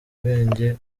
ubwenge